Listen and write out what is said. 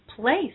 place